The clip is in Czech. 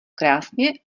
krásně